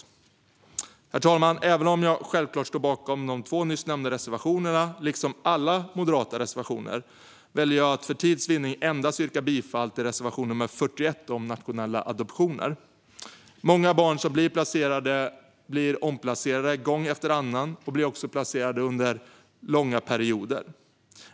Herr talman! Även om jag självklart står bakom de två nyss nämnda reservationerna, liksom alla moderata reservationer, väljer jag att för tids vinnande yrka bifall endast till reservation nummer 41 om nationella adoptioner. Många barn som blir placerade blir omplacerade gång efter annan, och de blir också placerade under långa perioder.